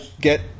get